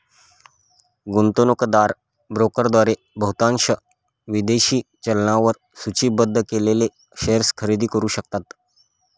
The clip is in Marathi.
गुंतवणूकदार ब्रोकरद्वारे बहुतांश विदेशी चलनांवर सूचीबद्ध केलेले शेअर्स खरेदी करू शकतात